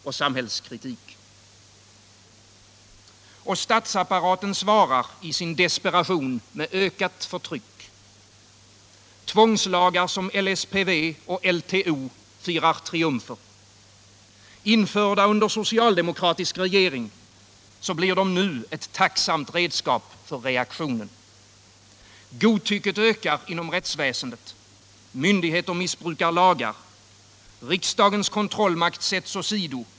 Och statsapparaten svarar i desperation med ökat förtryck. Tvångslagar som LSPV och LTO firar triumfer. Införda under socialdemokratisk regering blir de nu ett tacksamt redskap för reaktionen. Godtycket ökar inom rättsväsendet. Myndigheter missbrukar lagar. Riksdagens kontrollmakt sätts åsido.